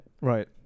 Right